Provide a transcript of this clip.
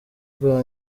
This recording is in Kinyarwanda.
bwa